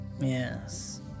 Yes